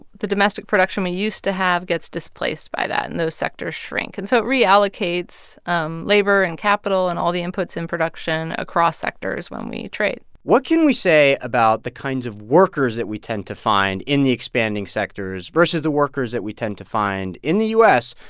the domestic production we used to have gets displaced by that, and those sectors shrink. and so it reallocates um labor and capital and all the inputs in production across sectors when we trade what can we say about the kinds of workers that we tend to find in the expanding sectors versus the workers that we tend to find in the u s.